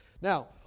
Now